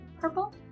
purple